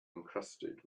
encrusted